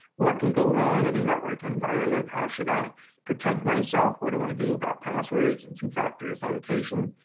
what can go wrong in a network environment? how should i protect myself? what do i do about passwords and two-factor authentication?